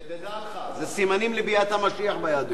שתדע לך, זה סימנים לביאת המשיח ביהדות.